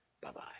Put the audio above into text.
Bye-bye